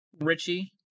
Richie